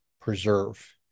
preserve